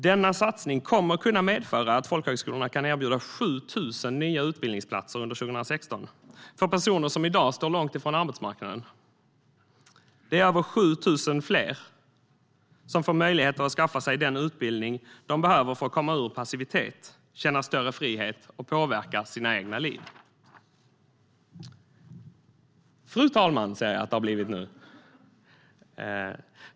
Denna satsning kommer att kunna medföra att folkhögskolorna kan erbjuda 7 000 nya utbildningsplatser under 2016 för personer som i dag står långt från arbetsmarknaden. Det är över 7 000 fler som får möjlighet att skaffa sig den utbildning de behöver för att komma ur passivitet, känna större frihet och påverka sina egna liv. Fru talman!